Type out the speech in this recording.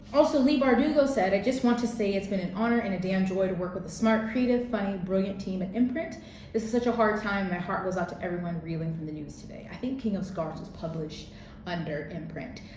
also leigh bardugo said i just want to say it's been an honor and a damn joy to work with a smart, creative, funny, brilliant team at imprint. this is such a hard time. my heart goes out to everyone reeling the news today. i think king of scars was published under imprint.